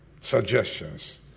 suggestions